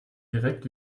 direkt